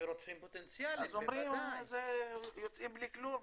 אז הם אומרים שיוצאים בלי כלום.